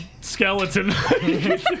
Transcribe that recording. skeleton